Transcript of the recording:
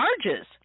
charges